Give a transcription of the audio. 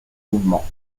mouvements